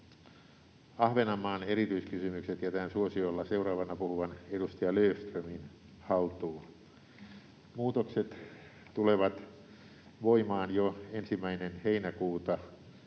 Ahvenanmaan erityiskysymykset jätän suosiolla seuraavana puhuvan edustaja Löfströmin haltuun. Muutokset tulevat voimaan jo 1. heinäkuuta